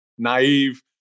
naive